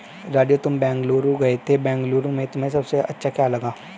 राजू तुम बेंगलुरु गए थे बेंगलुरु में तुम्हें सबसे अच्छा क्या लगा?